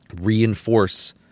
reinforce